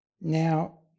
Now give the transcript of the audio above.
Now